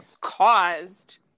caused